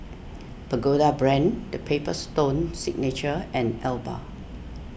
Pagoda Brand the Paper Stone Signature and Alba